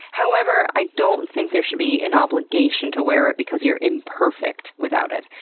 however, i don't think there should be an obligation to wear it because you're imperfect without it.